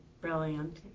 brilliant